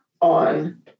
on